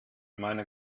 meine